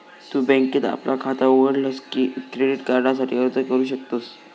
तु बँकेत आपला खाता उघडलस की क्रेडिट कार्डासाठी अर्ज करू शकतस